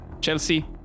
Chelsea